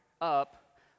up